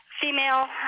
female